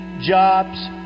Jobs